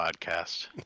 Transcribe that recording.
podcast